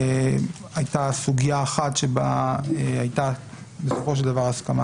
הייתה סוגיה אחת שבה הייתה בסופו של דבר הסכמה